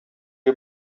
you